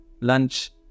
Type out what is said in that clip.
lunch